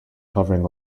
covering